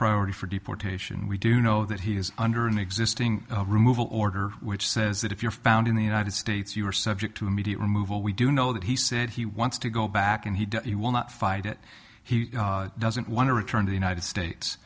priority for deportation we do know that he is under an existing removal order which says that if you're found in the united states you are subject to immediate removal we do know that he said he wants to go back and he will not fight it he doesn't want to return to the united